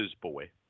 boy